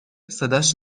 صداش